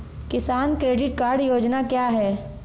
किसान credit card योजना क्या है?